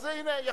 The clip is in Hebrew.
בסדר גמור,